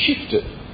shifted